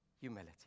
humility